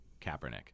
Kaepernick